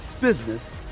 business